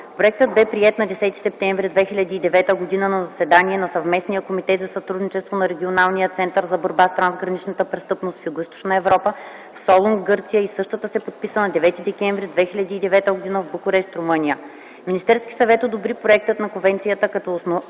Проектът бе приет на 10 септември 2009 г. на заседание на Съвместния комитет за сътрудничество на Регионалния център за борба с транграничната престъпност в Югоизточна Европа в Солун, Гърция и същата се подписа на 9 декември 2009 г. в Букурещ. Министерският съвет одобри проекта на конвенцията като основа